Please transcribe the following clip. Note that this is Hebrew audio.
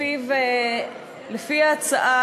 לפי ההצעה,